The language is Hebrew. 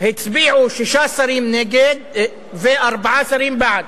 הצביעו שישה שרים נגד וארבעה שרים בעד,